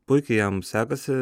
puikiai jam sekasi